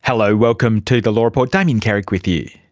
hello, welcome to the law report, damien carrick with you.